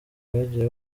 bagiye